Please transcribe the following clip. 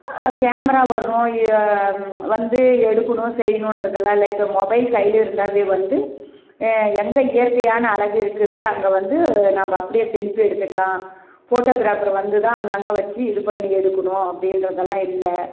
camera வரணும் வந்து எடுக்கணும் செய்யணுன்றதெல்லாம் இல்லை இப்போ மொபைல் கையில் இருந்தாலே வந்து எங்கே இயற்கையான அழகு இருக்குது அங்கே வந்து நம்ம அப்படியே செல்ஃபி எடுத்துக்கலாம் ஃபோட்டோக்ராஃபர் வந்து தான் அங்கங்கே வெச்சி இது பண்ணி எடுக்கணும் அப்படின்றதெல்லாம் இல்லை